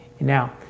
Now